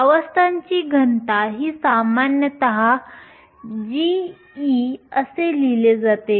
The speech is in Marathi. अवस्थांची घनता ही सामान्यत g अशी लिहिली जाते